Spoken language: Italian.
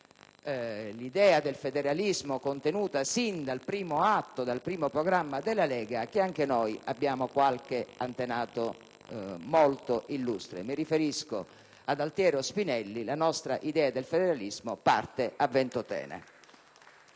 l'idea del federalismo contenuta sin dal primo programma della Lega, che anche noi abbiamo qualche antenato molto illustre: mi riferisco ad Altiero Spinelli; la nostra idea del federalismo parte da Ventotene.